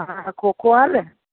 હા ખોખો ચાલે